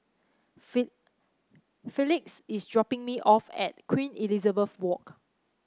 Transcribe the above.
Felix is dropping me off at Queen Elizabeth Walk